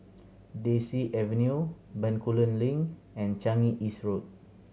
Daisy Avenue Bencoolen Link and Changi East Road